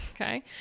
okay